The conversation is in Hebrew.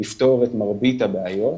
לפתור את מרבית הבעיות.